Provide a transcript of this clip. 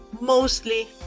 mostly